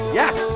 yes